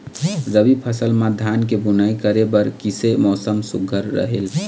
रबी फसल म धान के बुनई करे बर किसे मौसम सुघ्घर रहेल?